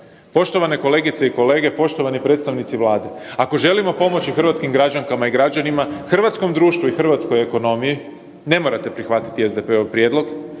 Poštovane kolegice i kolege, poštovani predstavnici Vlade, ako želimo pomoći hrvatskim građankama i građanima, hrvatskom društvu i hrvatskoj ekonomiji ne morate prihvatiti SDP-ov prijedlog,